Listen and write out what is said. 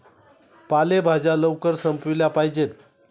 पालेभाज्या लवकर संपविल्या पाहिजेत